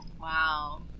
Wow